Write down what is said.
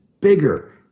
bigger